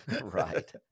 Right